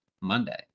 Monday